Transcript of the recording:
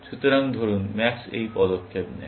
সুতরাং ধরুন ম্যাক্স এই পদক্ষেপ নেয়